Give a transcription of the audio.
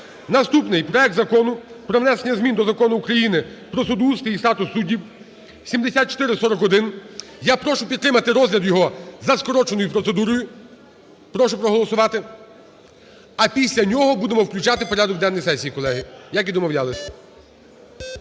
Наступний проект Закону про внесення змін до Закону України "Про судоустрій і статус суддів" (7441). Я прошу підтримати розгляд його за скороченою процедурою. Прошу проголосувати. А після нього будемо включати в порядок денний сесії, колеги, як і домовлялись.